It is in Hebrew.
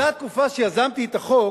באותה תקופה שיזמתי את החוק